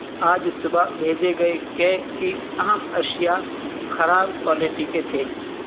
آج صبح بھیجے گئے کیک کی اہم اشیا خراب کوالٹی کے تھے